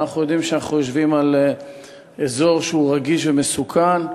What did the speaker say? אבל אנחנו יודעים שאנחנו יושבים באזור רגיש ומסוכן.